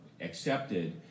accepted